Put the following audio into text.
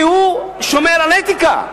כי הוא שומר על אתיקה.